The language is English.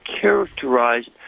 characterized